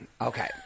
okay